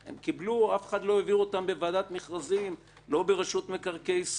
אף אחד לא העביר אותם בוועדת מכרזים לא ברשות מקרקעי ישראל.